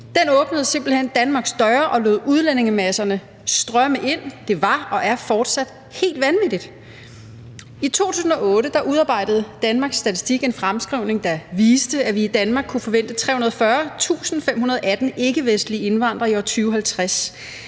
hen Danmarks døre og lod udlændingemasserne strømme ind. Det var og er fortsat helt vanvittigt. I 2008 udarbejdede Danmarks Statistik en fremskrivning, der viste, at vi i Danmark kunne forvente 340.518 ikkevestlige indvandrere i år 2050.